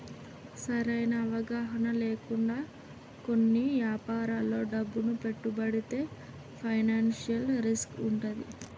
సరైన అవగాహన లేకుండా కొన్ని యాపారాల్లో డబ్బును పెట్టుబడితే ఫైనాన్షియల్ రిస్క్ వుంటది